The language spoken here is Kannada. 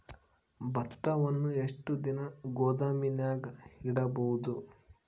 ಭತ್ತವನ್ನು ಎಷ್ಟು ದಿನ ಗೋದಾಮಿನಾಗ ಇಡಬಹುದು?